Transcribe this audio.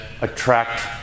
attract